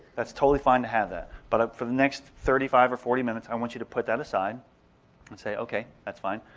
that's totally fine to have that. but for the next thirty five or forty minutes i want you to put that aside and say, okay, that's fine.